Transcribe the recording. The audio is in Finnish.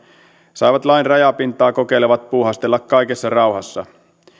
saivat lain rajapintaa kokeilevat puuhastella kaikessa rauhassa